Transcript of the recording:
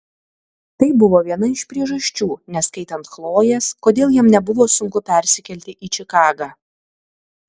tai buvo viena iš priežasčių neskaitant chlojės kodėl jam nebuvo sunku persikelti į čikagą